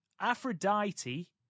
aphrodite